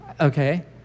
okay